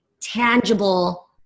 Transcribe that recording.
tangible